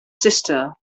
sister